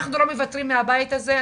אנחנו לא מוותרים מהבית הזה.